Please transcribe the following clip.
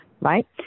Right